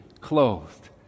clothed